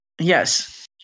Yes